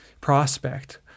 Prospect